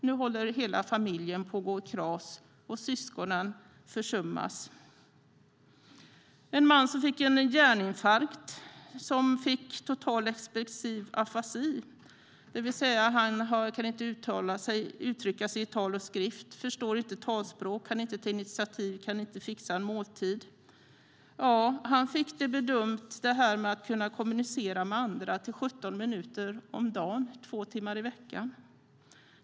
Nu håller hela familjen på att gå i kras och syskonen försummas. En man som fick en hjärninfarkt och total expressiv afasi, det vill säga att han inte kan uttrycka sig i tal och skrift, inte förstår talspråk, inte kan ta initiativ och inte kan fixa en måltid, fick det här med att kunna kommunicera med andra bedömt till 17 minuter om dagen, alltså två timmar i veckan.